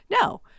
No